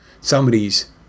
Somebody's